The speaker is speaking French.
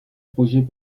projet